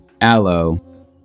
Aloe